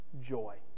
joy